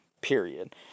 period